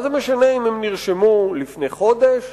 מה זה משנה אם הם נרשמו לפני חודש,